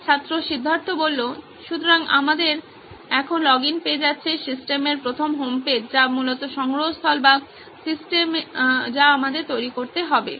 ছাত্র সিদ্ধার্থ সুতরাং এখন আমাদের লগইন পেজ আছে এবং সিস্টেমের প্রথম হোমপেজ যা মূলত সংগ্রহস্থল বা সিস্টেম যা আমাদের তৈরী করতে হবে